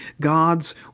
God's